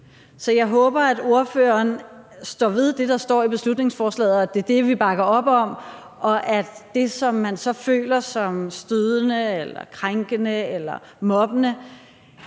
Så jeg håber, at ordføreren står ved det, der står i beslutningsforslaget, og at det er det, vi bakker op om, og at det, som man så føler som stødende eller krænkende eller som